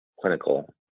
clinical